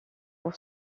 pour